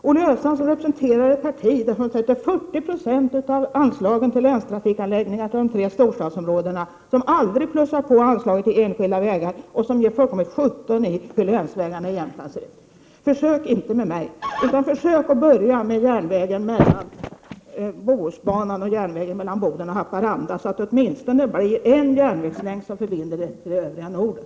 Olle Östrand representerar ju ett parti som avsätter 40 90 av anslagen till länstrafikanläggningar till förmån för de tre storstadsområdena, som aldrig plussar på anslagen till enskilda vägar och som ger fullkomligt sjutton i hur länsvägarna i Jämtland ser ut. Så försök inte med mig! Börja i stället med Bohusbanan och järnvägen mellan Boden och Haparanda, så att det åtminstone finns några järnvägslänkar som förbinder Sverige med övriga Norden.